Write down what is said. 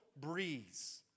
breeze